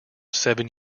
seven